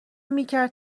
میکرد